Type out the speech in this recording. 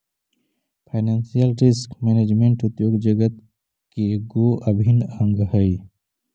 financial risk management उद्योग जगत के गो अभिन्न अंग हई